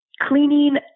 cleaning